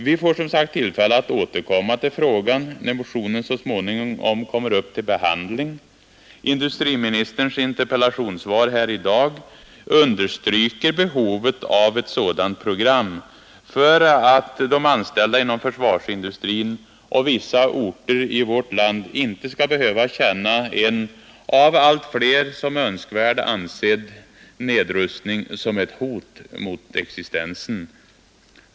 Vi får som sagt tillfälle att återkomma till frågan när motionen så småningom kommer upp till behandling. Industriministerns interpellationssvar här i dag understryker behovet av ett sådant program för att de anställda inom försvarsindustrin och vissa orter i vårt land inte skall behöva känna en av allt flera som önskvärd ansedd nedrustning som ett hot mot existensen.